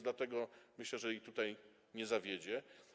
Dlatego myślę, że i tutaj nie zawiedzie.